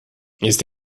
ist